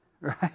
Right